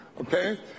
okay